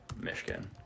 Michigan